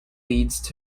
leads